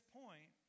point